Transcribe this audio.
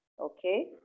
Okay